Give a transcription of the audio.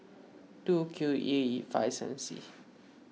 two Q E five seven C